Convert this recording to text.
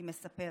היא מספרת.